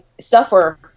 suffer